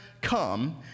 come